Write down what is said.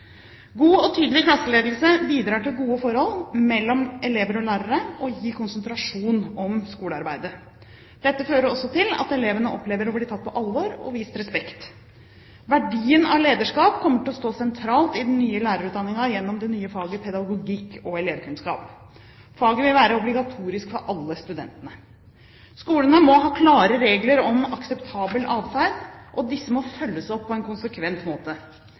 God og tydelig klasseledelse bidrar til gode forhold mellom elever og lærere og gir konsentrasjon om skolearbeidet. Dette fører også til at elevene opplever å bli tatt på alvor og vist respekt. Verdien av lederskap kommer til å stå sentralt i den nye lærerutdanningen gjennom det nye faget pedagogikk og elevkunnskap. Faget vil være obligatorisk for alle studentene. Skolene må ha klare regler for akseptabel atferd, og disse må følges opp på en konsekvent måte.